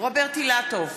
רוברט אילטוב,